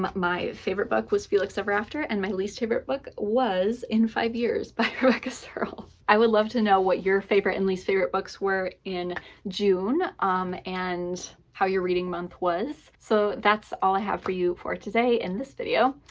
my favorite book was felix ever after, and my least favorite book was in five years by rebecca serle. i would love to know what your favorite and least favorite books were in june um and how your reading month was. so that's all i have for you for today in this video.